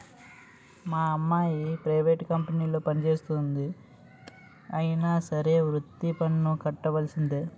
మా అమ్మాయి ప్రైవేట్ కంపెనీలో పనిచేస్తంది అయినా సరే వృత్తి పన్ను కట్టవలిసిందే